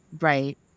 Right